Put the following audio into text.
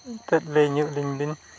ᱪᱮᱫ ᱞᱟᱹᱭ ᱧᱚᱜ ᱟᱹᱞᱤᱧ ᱵᱤᱱ